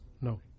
no